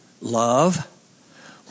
Love